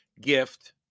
gift